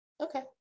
okay